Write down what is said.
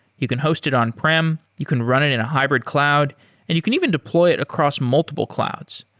you can host it on-prem, you can run it in a hybrid cloud and you can even deploy it across multiple clouds.